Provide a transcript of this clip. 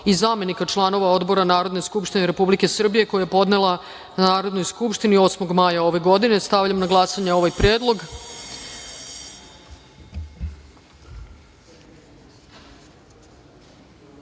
i zamenika članova odbora Narodne skupštine Republike Srbije, koji je podnela Narodnoj skupštini 8. maja ove godine. Stavljam na glasanje ovaj